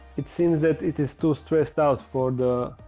it seems that it is too stressed out for the,